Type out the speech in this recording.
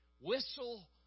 whistle